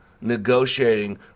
negotiating